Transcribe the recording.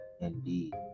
indeed